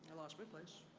lost my place.